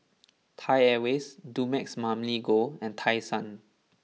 Thai Airways Dumex Mamil Gold and Tai Sun